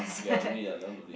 ya don't need ah that one no need